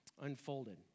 unfolded